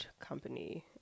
company